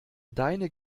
deine